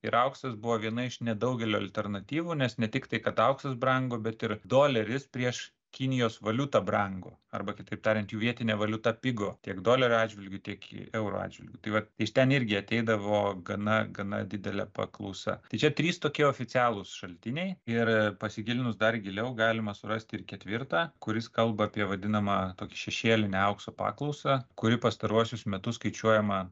ir auksas buvo viena iš nedaugelio alternatyvų nes ne tik tai kad auksas brango bet ir doleris prieš kinijos valiutą brango arba kitaip tariant jų vietinė valiuta pigo tiek dolerio atžvilgiu tiek euro atžvilgiu tai vat iš ten irgi ateidavo gana gana didelė paklausa tai čia trys tokie oficialūs šaltiniai ir pasigilinus dar giliau galima surast ir ketvirtą kuris kalba apie vadinamą tokį šešėlinę aukso paklausą kuri pastaruosius metus skaičiuojama